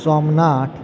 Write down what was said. Somnath